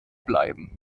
bleiben